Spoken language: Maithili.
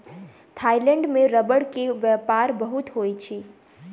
थाईलैंड में रबड़ के व्यापार बहुत होइत अछि